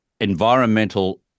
environmental